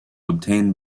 obtain